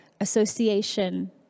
association